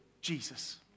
Jesus